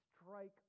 strike